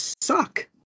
suck